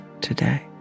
today